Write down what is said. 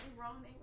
wrong